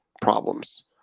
problems